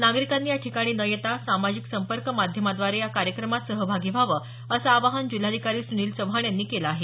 नागरिकांनी याठिकाणी न येता सामाजिक संपर्क माध्यमांद्वारे या कार्यक्रमात सहभागी व्हावं असं आवाहन जिल्हाधिकारी सुनिल चव्हाण यांनी केल आहे